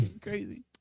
Crazy